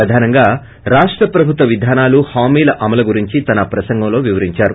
ప్రధానంగా రాష్ట ప్రభుత్వ విధానాలు హామీల అమలు గురించి తన ప్రసంగంలో వివరించారు